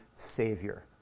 Savior